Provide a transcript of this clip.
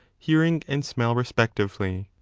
hearing and smell respectively.